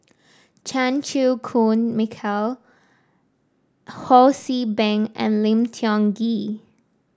Chan Chew Koon Michael Ho See Beng and Lim Tiong Ghee